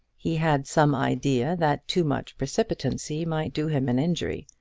he had some idea that too much precipitancy might do him an injury,